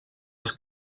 les